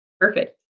Perfect